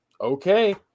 okay